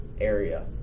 area